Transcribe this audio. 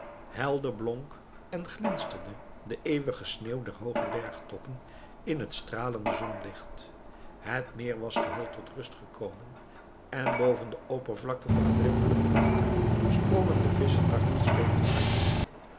helder blonk en glinsterde de eeuwige sneeuw der hooge bergtoppen in het stralende zonnelicht het meer was geheel tot rust gekomen en boven de oppervlakte van het rimpelende water sprongen de visschen dartel spelend uit